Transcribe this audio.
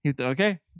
Okay